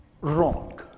Wrong